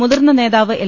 മുതിർന്ന നേതാവ് എൽ